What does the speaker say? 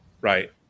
right